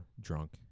drunk